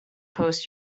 post